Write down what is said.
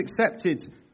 accepted